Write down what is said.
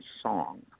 song